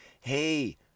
Hey